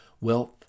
wealth